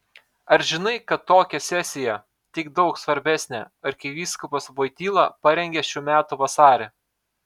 ar žinai kad tokią sesiją tik daug svarbesnę arkivyskupas voityla parengė šių metų vasarį